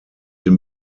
den